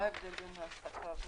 מה ההבדל בין הפסקה ומנוחה?